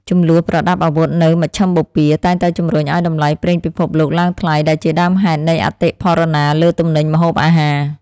ជម្លោះប្រដាប់អាវុធនៅមជ្ឈឹមបូព៌ាតែងតែជម្រុញឱ្យតម្លៃប្រេងពិភពលោកឡើងថ្លៃដែលជាដើមហេតុនៃអតិផរណាលើទំនិញម្ហូបអាហារ។